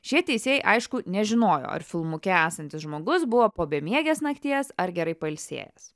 šie teisėjai aišku nežinojo ar filmuke esantis žmogus buvo po bemiegės nakties ar gerai pailsėjęs